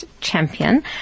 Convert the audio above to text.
champion